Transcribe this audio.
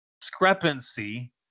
discrepancy